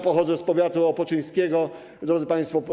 Pochodzę z powiatu opoczyńskiego, drodzy państwo.